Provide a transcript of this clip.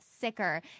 sicker